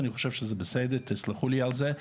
אני חושב שזה בסדר, תסלחו לי על זה,